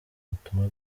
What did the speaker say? ubutumwa